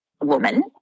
woman